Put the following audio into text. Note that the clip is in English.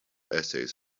essays